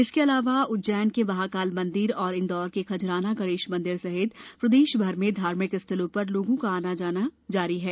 इसके अलावा उज्जैन के महाकाल मंदिर और इंदौर के खजराना गणेश मंदिर सहित प्रदेश भर में धार्मिक स्थलों पर लोगों का आना जारी है